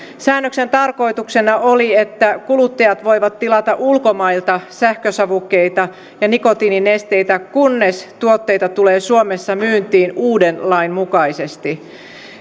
säännöksen tarkoituksena oli että kuluttajat voivat tilata ulkomailta sähkösavukkeita ja nikotiininesteitä kunnes tuotteita tulee suomessa myyntiin uuden lain mukaisesti